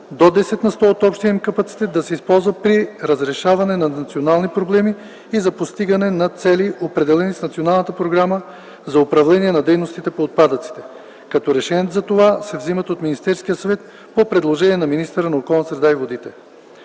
до 10 на сто от общия им капацитет да се използва при разрешаване на национални проблеми и за постигане на цели, определени с националната програма за управление на дейностите по отпадъците, като решенията за това се взимат от Министерския съвет по предложение на министъра на околната среда и водите.